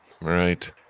right